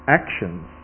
actions